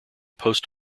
post